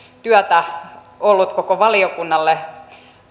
työtä koko valiokunnalle